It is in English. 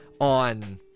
on